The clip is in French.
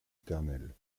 éternelle